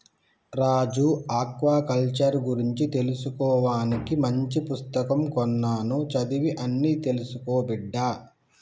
రాజు aquaculture గురించి తెలుసుకోవానికి మంచి పుస్తకం కొన్నాను చదివి అన్ని తెలుసుకో బిడ్డా